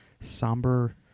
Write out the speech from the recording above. somber